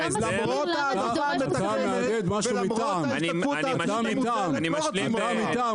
למרות ההעדפה המתקנת ולמרות ההשתתפות העצמית המוזלת לא רוצים אותך,